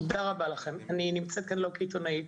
אני נמצאת כאן לא כעיתונאית,